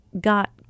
got